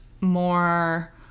more